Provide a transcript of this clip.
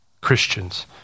Christians